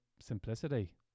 simplicity